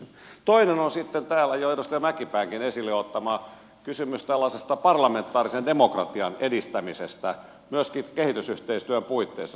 toinen on sitten täällä jo edustaja mäkipäänkin esille ottama kysymys tällaisesta parlamentaarisen demokratian edistämisestä myöskin kehitysyhteistyön puitteissa